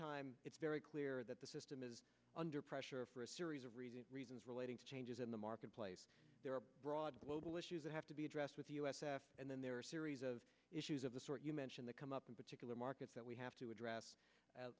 time it's very clear that the system is under pressure for a series of reasons relating to changes in the marketplace there are broader global issues that have to be addressed with us and then there are a series of issues of the sort you mention that come up in particular markets that we have to address